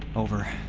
over